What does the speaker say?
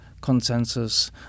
consensus